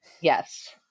Yes